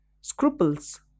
scruples